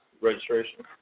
registration